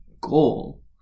goal